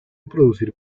producir